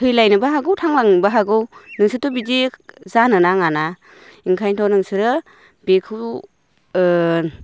थैलायनोबो हागौ थांलांनोबो हागौ नोंसोरथ' बिदि जानो नाङाना ओंखायनोथ' नोंसोरो बेखौ